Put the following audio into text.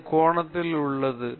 இந்த கோணத்தில் உள்ளது